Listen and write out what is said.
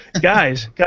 guys